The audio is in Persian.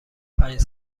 پنج